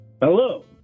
Hello